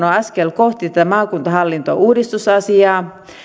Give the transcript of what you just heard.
on askel kohti maakuntahallintouudistusasiaa